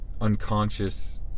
unconscious